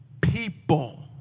People